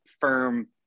firm